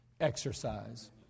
exercise